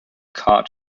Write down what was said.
card